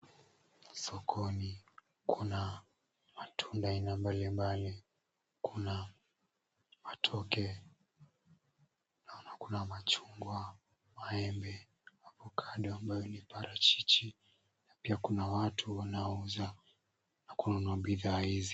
Sokoni kuna matunda aina mbalimbali. Kuna matoke, naona kuna machungwa, maembe avocado ambayo ni parachichi, na pia kuna watu wanaouza na kununua bidhaa hizi.